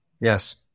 Yes